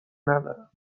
ندارم